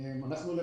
שני